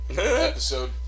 episode